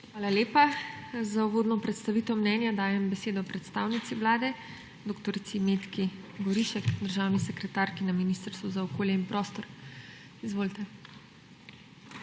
Hvala lepa. Za uvodno predstavitev mnenja dajem besedo predstavnici Vlade dr. Metki Gorišek, državni sekretarki na Ministrstvu za okolje in prostor. Izvolite.